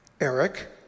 Eric